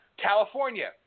California